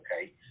okay